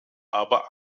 aber